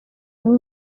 hamwe